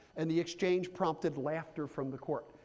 and the exchange prompted laughter from the court.